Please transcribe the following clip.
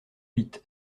huit